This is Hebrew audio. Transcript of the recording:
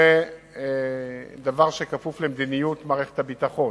זה דבר שכפוף למדיניות מערכת הביטחון.